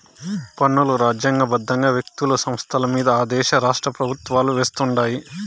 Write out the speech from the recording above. పన్నులు రాజ్యాంగ బద్దంగా వ్యక్తులు, సంస్థలమింద ఆ దేశ రాష్ట్రపెవుత్వాలు వేస్తుండాయి